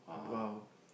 uh